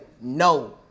No